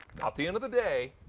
not the end of the day,